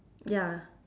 ya